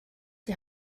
die